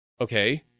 okay